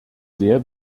sehr